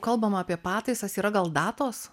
kalbam apie pataisas yra gal datos